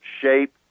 shape